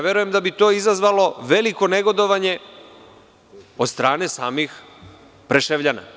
Verujem da bi to izazvalo veliko negodovanje od strane samih Preševljana.